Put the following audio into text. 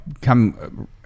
come